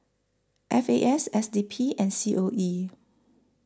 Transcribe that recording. F A S S D P and C O E